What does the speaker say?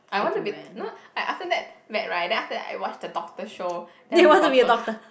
I want to be no I after that back right then after that I watch the doctor show then I want be doctor